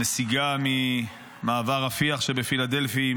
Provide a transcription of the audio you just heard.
הנסיגה ממעבר רפיח שבפילדלפי,